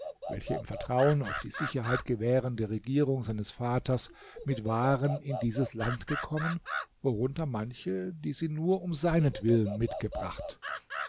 welche im vertrauen auf die sicherheit gewährende regierung seines vaters mit waren in dieses land gekommen worunter manche die sie nur um seinetwillen mitgebracht